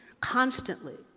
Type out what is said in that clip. constantly